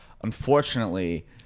unfortunately